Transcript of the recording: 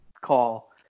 call